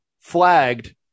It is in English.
flagged